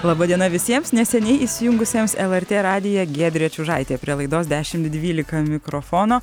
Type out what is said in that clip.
laba diena visiems neseniai įsijungusiems lrt radiją giedrė čiužaitė prie laidos dešimt dvylika mikrofono